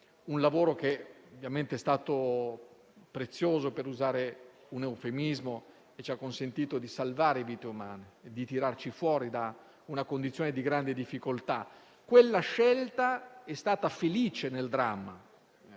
un lavoro che è stato prezioso (per usare un eufemismo), che ci ha consentito di salvare vite umane, di tirarci fuori da una condizione di grande difficoltà. Quella scelta è stata felice nel dramma;